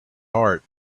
heart